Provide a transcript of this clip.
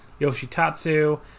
Yoshitatsu